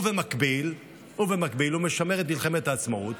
במקביל הוא משמר את מלחמת העצמאות,